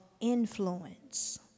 influence